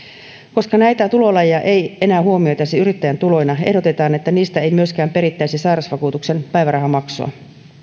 koska näitä tulolajeja ei enää huomioitaisi yrittäjän tuloina ehdotetaan että niistä ei myöskään perittäisi sairausvakuutuksen päivärahamaksua